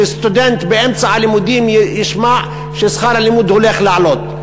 שסטודנט באמצע הלימודים ישמע ששכר הלימוד הולך לעלות.